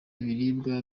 ibiribwa